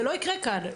זה לא יקרה כאן,